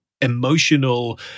emotional